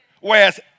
Whereas